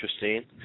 interesting